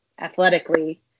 athletically